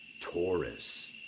Taurus